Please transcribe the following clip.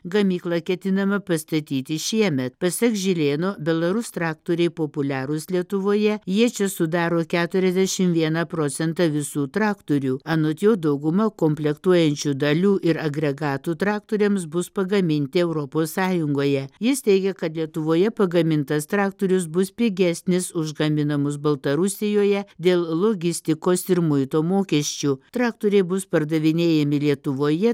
gamyklą ketinama pastatyti šiemet pasak žirėno belarus traktoriai populiarūs lietuvoje jie čia sudaro keturiasdešim vieną procentą visų traktorių anot jo dauguma komplektuojančių dalių ir agregatų traktoriams bus pagaminti europos sąjungoje jis teigia kad lietuvoje pagamintas traktorius bus pigesnis už gaminamus baltarusijoje dėl logistikos ir muito mokesčių traktoriai bus pardavinėjami lietuvoje